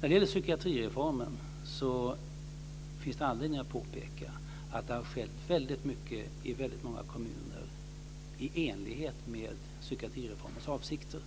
När det gäller psykiatrireformen finns det anledning att påpeka att det har skett väldigt mycket i många kommuner i enlighet med psykiatrireformens avsikter.